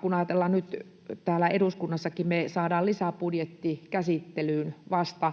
Kun ajatellaan, että me saadaan lisäbudjetti nyt vasta